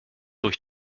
durch